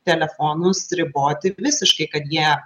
telefonus riboti visiškai kad jie